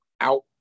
out